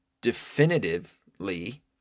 definitively